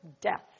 death